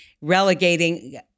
relegating